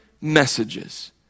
messages